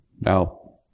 Now